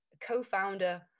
co-founder